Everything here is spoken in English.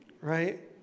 right